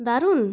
দারুণ